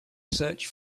search